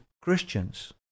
Christians